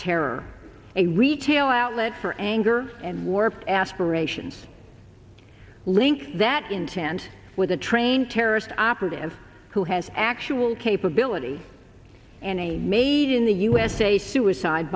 terror a retail outlet for anger and warped aspirations link that intend with a train terrorist operative who has actual capability and a made in the usa suicide